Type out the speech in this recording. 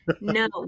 No